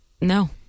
no